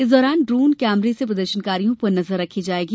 इस दौरान ड्रोन कैमरे से प्रदर्शनकारियों पर नजर रखी जायेगी